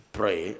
pray